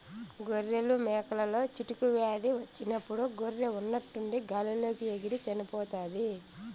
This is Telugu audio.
గొర్రెలు, మేకలలో చిటుకు వ్యాధి వచ్చినప్పుడు గొర్రె ఉన్నట్టుండి గాలి లోకి ఎగిరి చనిపోతాది